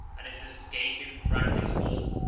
and his escape impracticable,